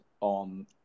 on